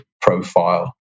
profile